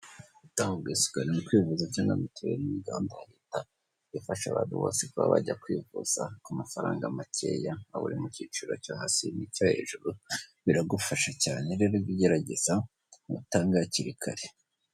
Gutanga ubwisungane mu kwivuza cyangwa mituweri, ni gahunda ya leta ifasha abantu bose kuba bajya kwivuza, ku mafaranga makeya waba uri mu cyiciro cyo hasi n'icyo hejuru biragufasha cyane, rero jya ugerageza uwutange hakiri kare.